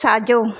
साॼो